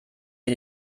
wir